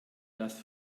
das